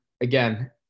again